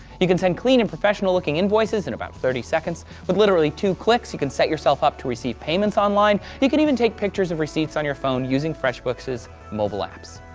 you can send clean and professional looking invoices in about thirty seconds. with literally two clicks you can set yourself up to receive payments online. you can even take pictures of receipts on your phone using freshbooks' mobile apps.